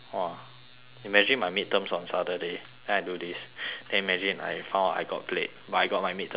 imagine my midterms on saturday then I do this can you imagine I found out I got played but I got my midterms on saturday